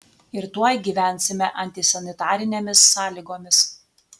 ir tuoj gyvensime antisanitarinėmis sąlygomis